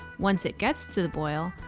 once it gets to the boil,